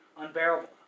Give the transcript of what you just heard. unbearable